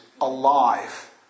alive